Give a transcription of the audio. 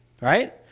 Right